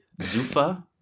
Zufa